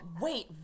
wait